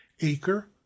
acre